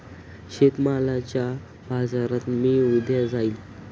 शेतमालाच्या बाजारात मी उद्या जाईन